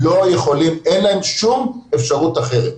אין להם שום אפשרות אחרת,